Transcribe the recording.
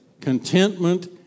contentment